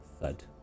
thud